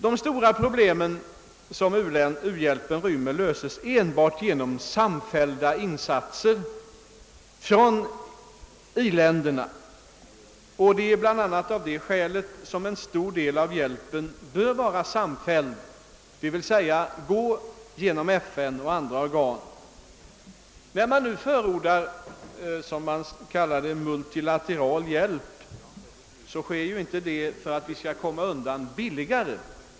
De stora problem som u-hjälpen rymmer löses enbart genom samfällda insatser av i-länderna. Det är bland annat av det skälet, som en stor del av bjälpen bör vara samfälld, d. v. s. gå genom FN eller andra organ. När det nu förordas vad som kallas multilateral hjälp görs inte detta för att vi skall komma undan billigare.